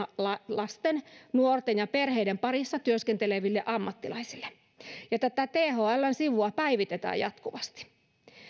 lasten nuorten ja perheiden parissa työskenteleville ammattilaisille thln sivuja päivitetään jatkuvasti